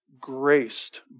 graced